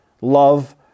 love